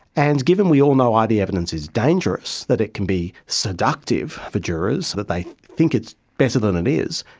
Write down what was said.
and given that we all know id evidence is dangerous, that it can be seductive for jurors, that they think it's better than it is,